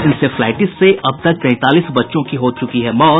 encephalitis से अब तक तैंतालीस बच्चों की हो चुकी है मौत